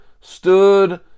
stood